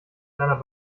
seiner